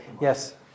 yes